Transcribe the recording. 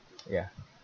ya